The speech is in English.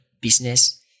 business